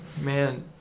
man